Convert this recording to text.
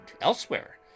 elsewhere